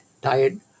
tired